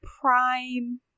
prime